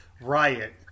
Riot